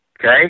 okay